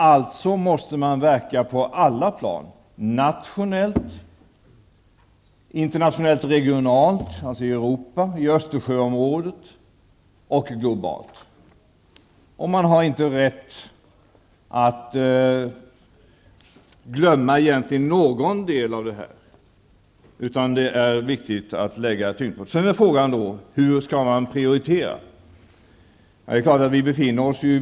Alltså måste man verka på alla plan: nationellt, internationellt och regionalt, dvs. i Europa, i Östersjöområdet och globalt. Man har egentligen inte rätt att glömma någon del, utan tyngdpunkten måste läggas på alla delar. Frågan är sedan hur man skall prioritera.